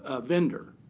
ah vendor.